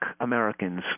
Americans